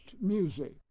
music